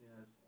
Yes